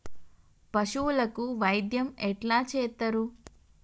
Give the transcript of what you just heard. పశువులకు వైద్యం ఎట్లా చేత్తరు?